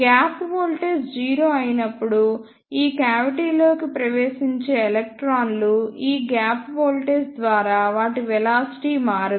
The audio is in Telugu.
గ్యాప్ వోల్టేజ్ 0 అయినప్పుడు ఈ క్యావిటీ లోకి ప్రవేశించే ఎలక్ట్రాన్లు ఈ గ్యాప్ వోల్టేజ్ ద్వారా వాటి వెలాసిటీ మారదు